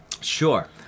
Sure